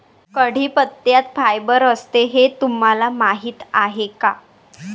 कढीपत्त्यात फायबर असते हे तुम्हाला माहीत आहे का?